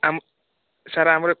ଆମ ସାର୍ ଆମର୍